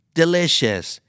delicious